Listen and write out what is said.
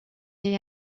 est